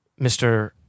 Mr